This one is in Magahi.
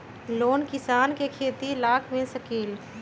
लोन किसान के खेती लाख मिल सकील?